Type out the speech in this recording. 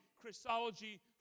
Christology